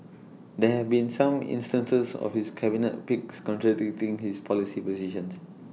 there have been some instances of his cabinet picks contradicting his policy positions